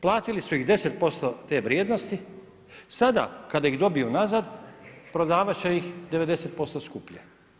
Platili su ih 10% te vrijednosti, sada kada ih dobiju nazad prodavat će ih 90% skuplje.